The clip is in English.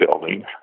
building